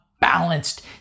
balanced